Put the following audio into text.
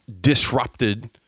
disrupted